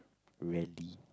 rarely